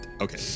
okay